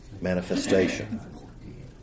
manifestation